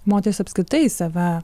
moterys apskritai save